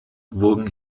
wurden